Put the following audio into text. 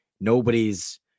Nobody's